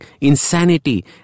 insanity